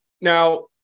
Now